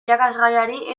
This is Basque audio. irakasgaiari